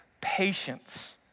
patience